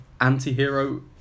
anti-hero